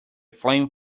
flame